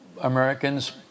Americans